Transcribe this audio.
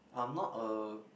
I'm not a